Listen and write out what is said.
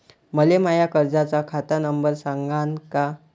मले माया कर्जाचा खात नंबर सांगान का?